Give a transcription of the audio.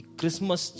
Christmas